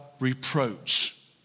reproach